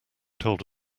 told